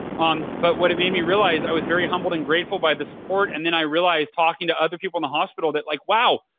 but what it made me realize i was very humbled and grateful by the support and then i realized talking to other people in the hospital that like, wow.